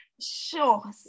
sure